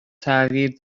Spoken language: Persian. تغییر